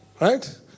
Right